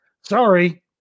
sorry